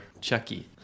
Chucky